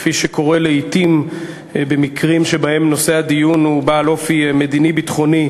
כפי שקורה לעתים במקרים שבהם נושא הדיון הוא בעל אופי מדיני-ביטחוני,